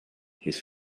his